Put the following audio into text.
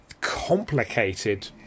complicated